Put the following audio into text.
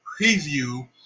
preview